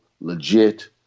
legit